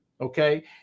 okay